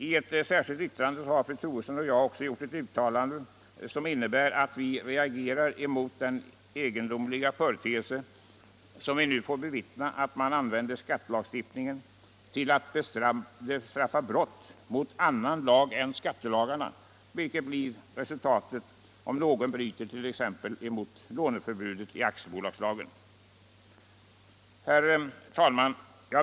I ett särskilt yttrande har fru Troedsson och jag gjort ett uttalande mot den egendomliga företeelse som vi nu får bevittna, att man använder skattelagstiftningen till att bestraffa brott mot andra lagar än skattelagarna, t.ex. om någon bryter mot låneförbudet i aktiebolagslagen. Herr talman!